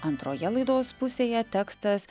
antroje laidos pusėje tekstas